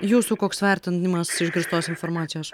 jūsų koks vertinimas išgirstos informacijos